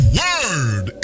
word